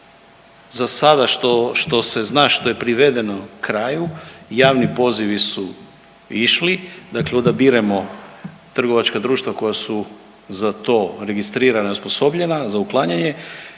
za sada što se zna, što je privedeno kraju javni pozivi su išli, dakle odabiremo trgovačka društva koja su za to registrirana i osposobljena za uklanjanje